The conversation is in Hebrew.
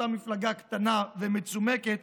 אותה מפלגה קטנה ומצומקת,